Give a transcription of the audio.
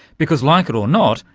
because, like it or not,